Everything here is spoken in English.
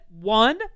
one